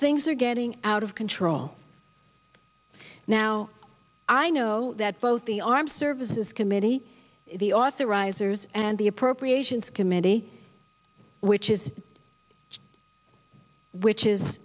things are getting out of control now i know that both the armed services committee the authorizer and the appropriations committee which is which is